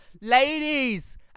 Ladies